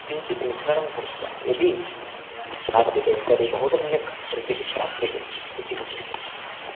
किञ्चित् मिश्रणं कृत्वा यदि खाद्यते तर्हि बहु सम्यक् रुचिः प्राप्यते इति